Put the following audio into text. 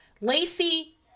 Lacey